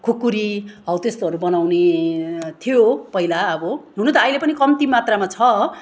खुकुरी हौ त्यस्तोहरू बनाउने थियो पहिला अब हुनु त अहिले पनि कम्ती मात्रमा छ